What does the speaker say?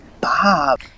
Bob